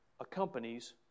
accompanies